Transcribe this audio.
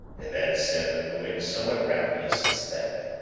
events have been moving somewhat rapidly since then,